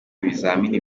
ibizamini